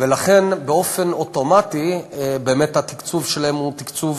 ולכן באופן אוטומטי, באמת התקצוב שלהן הוא תקצוב